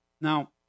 Now